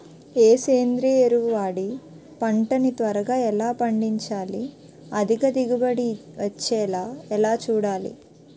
ఏ సేంద్రీయ ఎరువు వాడి పంట ని త్వరగా ఎలా పండించాలి? అధిక దిగుబడి వచ్చేలా ఎలా చూడాలి?